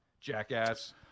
jackass